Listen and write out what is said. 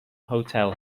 hotel